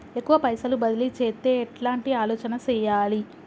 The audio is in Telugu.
ఎక్కువ పైసలు బదిలీ చేత్తే ఎట్లాంటి ఆలోచన సేయాలి?